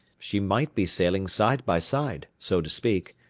she might be sailing side by side, so to speak,